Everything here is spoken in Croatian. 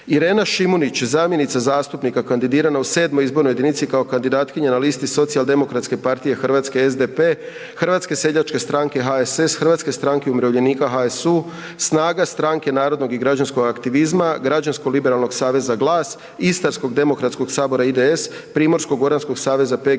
Irena Šimunić zamjenica zastupnika kandidirana u VII. izbornoj jedinici kao kandidatkinja na listi na listi Socijaldemokratske partije Hrvatske, SDP, Hrvatske seljačke stranke, HSS, Hrvatske stranke umirovljenika, HSU, SNAGA, Stranke narodnog i građanskog aktivizma, Građansko-liberalnog aktivizma, GLAS, Istarsko demokratskog sabora, IDS, Primorsko-goranskog saveza, PGS